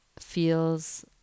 feels